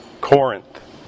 Corinth